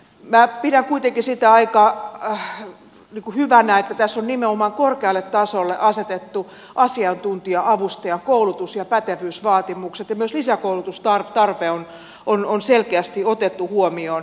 minä pidän kuitenkin sitä aika hyvänä että tässä on nimenomaan korkealle tasolle asetettu asiantuntija avustajan koulutus ja pätevyysvaatimukset ja myös lisäkoulutustarve on selkeästi otettu huomioon